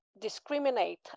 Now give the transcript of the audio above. discriminate